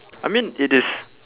I mean it is